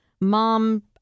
mom